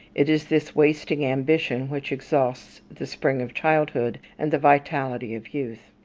it is this wasting ambition which exhausts the spring of childhood and the vitality of youth.